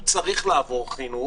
הוא צריך לעבור חינוך,